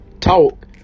Talk